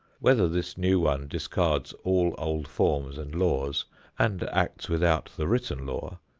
whether this new one discards all old forms and laws and acts without the written law,